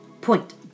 point